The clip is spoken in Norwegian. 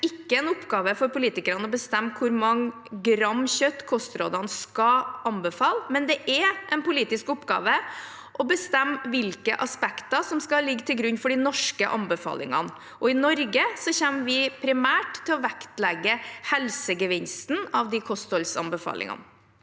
Det er ikke en oppgave for politikere å bestemme hvor mange gram kjøtt kostrådene skal anbefale, men det er en politisk oppgave å bestemme hvilke aspekter som skal ligge til grunn for de norske anbefalingene. I Norge kommer vi primært til å vektlegge helsegevinsten av kostholdsanbefalingene.